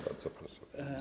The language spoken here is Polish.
Bardzo proszę.